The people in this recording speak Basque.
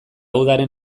udaren